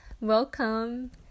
Welcome